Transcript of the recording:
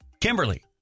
Kimberly